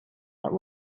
but